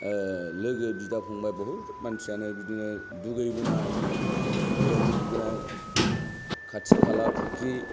लोगो बिदा फंबाय बहुद मानसियानो बिदिनो दुगैबोनाय बेयावनो दुगैनाय खाथि खाला फुख्रि